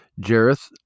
Jareth